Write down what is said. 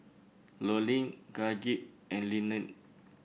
Lurline Gaige and Leeann